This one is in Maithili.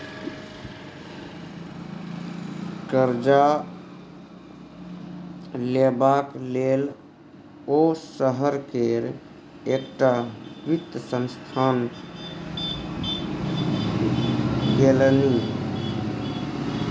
करजा लेबाक लेल ओ शहर केर एकटा वित्त संस्थान गेलनि